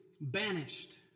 banished